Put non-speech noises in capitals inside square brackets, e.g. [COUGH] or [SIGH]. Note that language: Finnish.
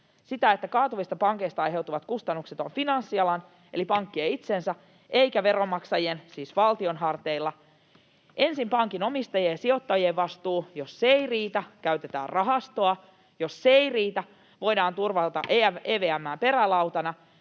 sitä, että kaatuvista pankeista aiheutuvat kustannukset ovat finanssialan eli pankkien [NOISE] itsensä eikä veronmaksajien, siis valtion, harteilla. Ensin on pankin omistajien ja sijoittajien vastuu, ja jos se ei riitä, käytetään rahastoa, ja jos se ei riitä, voidaan turvata [Puhemies